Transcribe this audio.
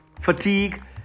fatigue